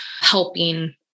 helping